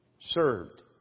served